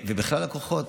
ובכלל הכוחות,